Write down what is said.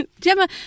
Gemma